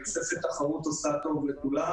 אני חושב שתחרות עושה טוב לכולם